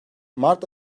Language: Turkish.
mart